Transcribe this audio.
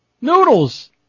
Noodles